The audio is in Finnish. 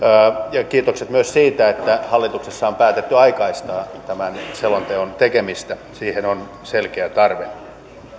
ja kiitokset myös siitä että hallituksessa on päätetty aikaistaa tämän selonteon tekemistä siihen on selkeä tarve